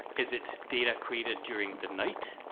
is it data created during the night?